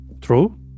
True